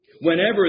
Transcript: Whenever